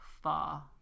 far